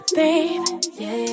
babe